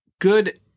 Good